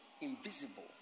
Invisible